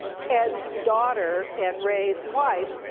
ed's daughter and ray's wife,